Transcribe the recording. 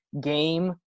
game